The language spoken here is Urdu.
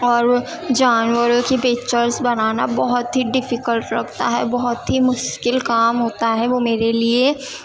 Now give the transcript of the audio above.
اور جانوروں کی پکچرس بنانا بہت ہی ڈفکلٹ لگتا ہے بہت ہی مشکل کام ہوتا ہے وہ میرے لیے